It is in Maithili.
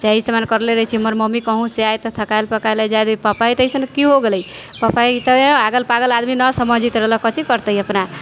चाहे ई सामान करले रहैत छी हमर मम्मी कहुँसँ आयल तऽ थकाएल पकाएल आयल जाहि लेल पप्पा अयतै तऽ की हो गेलै पप्पा ही तऽ हइ आगल पागल आदमी ना समझैत रहलै कथी करतै अपना